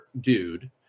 dude